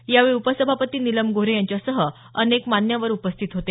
यावेळी उपसभापती नीलम गोऱ्हे यांच्यासह अनेक मान्यवर उपस्थित होते